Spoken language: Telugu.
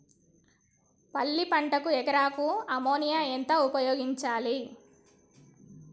పల్లి పంటకు ఎకరాకు అమోనియా ఎంత ఉపయోగించాలి?